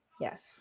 yes